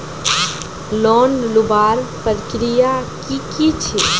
Loan लुबार प्रक्रिया की की छे?